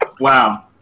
wow